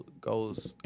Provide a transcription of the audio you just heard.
goes